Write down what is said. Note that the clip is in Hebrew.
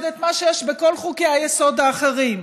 את מה שיש בכל חוקי-היסוד האחרים,